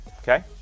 okay